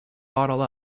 bottle